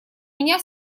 меня